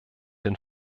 den